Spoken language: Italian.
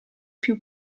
più